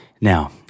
Now